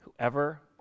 Whoever